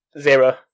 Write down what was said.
Zero